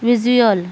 visual